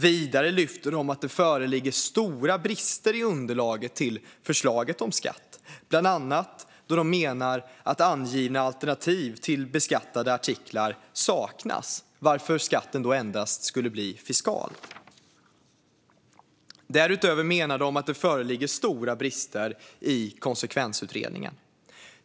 Vidare lyfter man fram att det föreligger stora brister i underlaget till förslaget om skatt. Bland annat menar man att angivna alternativ till beskattade artiklar saknas, varför skatten blir enbart fiskal. Därutöver menar man att det föreligger stora brister i konsekvensutredningen.